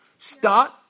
Start